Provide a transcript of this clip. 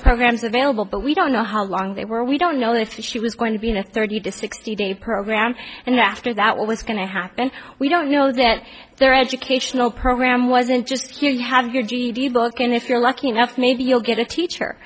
programs available but we don't know how long they were we don't know if she was going to be in a thirty to sixty day program and after that what was going to happen we don't know that their educational program wasn't just you have your ged book and if you're lucky enough maybe you'll get a teacher